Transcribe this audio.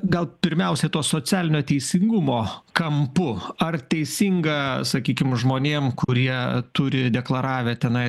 gal pirmiausia to socialinio teisingumo kampu ar teisinga sakykim žmonėm kurie turi deklaravę tenai